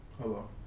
Hello